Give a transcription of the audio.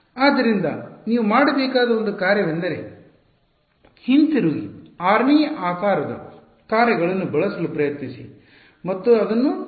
ಆದ್ದರಿಂದ ನೀವು ಮಾಡಬೇಕಾದ ಒಂದು ಕಾರ್ಯ ವೆಂದರೆ ಹಿಂತಿರುಗಿ 6 ನೇ ಆಕಾರದ ಕಾರ್ಯಗಳನ್ನು ಬಳಸಲು ಪ್ರಯತ್ನಿಸಿ ಮತ್ತು ಇದನ್ನು ಪಡೆದುಕೊಳ್ಳಿ